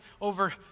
over